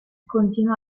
continua